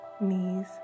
knees